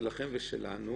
שלכם ושלנו